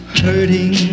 hurting